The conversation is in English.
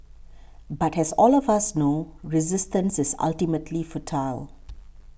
but has all of us know resistance is ultimately futile